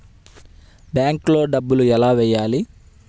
బ్యాంక్లో డబ్బులు ఎలా వెయ్యాలి?